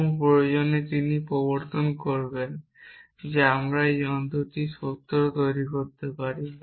এবং প্রয়োজনে তিনি প্রবর্তন করবেন যে আমরা কি এই যন্ত্রটি এই সূত্রটি তৈরি করতে পারি